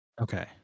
Okay